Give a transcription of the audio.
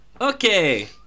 Okay